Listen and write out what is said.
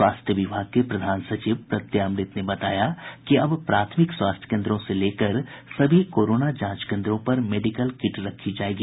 स्वास्थ्य विभाग के प्रधान सचिव प्रत्यय अमृत ने बताया कि अब प्राथमिक स्वास्थ्य केन्द्रों से लेकर सभी कोरोना जांच केन्द्रों पर मेडिकल किट रखी जायेगी